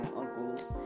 uncles